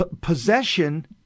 possession